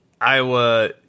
Iowa